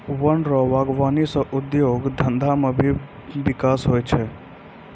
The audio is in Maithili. वन रो वागबानी सह उद्योग धंधा मे भी बिकास हुवै छै